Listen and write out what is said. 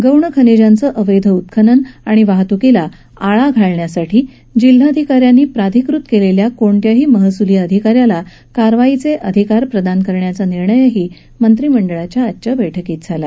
गौण खनिजांचं अवैध उत्खनन आणि वाहतुकीला आळा घालण्यासाठी जिल्हाधिकाऱ्यांनी प्राधिकृत केलेल्या कोणत्याही महसुली अधिकाऱ्याला कारवाईचे अधिकार प्रदान करण्याचा निर्णयही आजच्या बैठकीत झाला